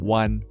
one